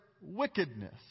wickedness